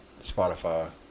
Spotify